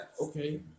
Okay